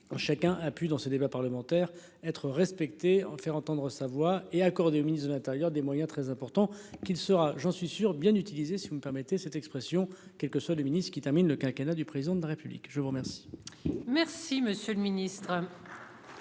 chacun a pu dans ce débat parlementaire être respecté. Faire entendre sa voix et accordé au ministre de l'Intérieur. Des moyens très importants qu'il sera j'en suis sûr bien utiliser si vous me permettez cette expression, quel que soit le ministres qui termine le quinquennat du président de la République, je vous remercie.